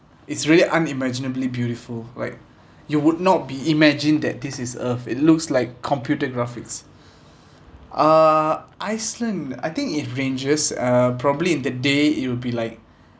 it's really unimaginably beautiful like you would not be imagine that this is earth it looks like computer graphics uh iceland I think it ranges uh probably in the day it will be like